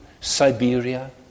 Siberia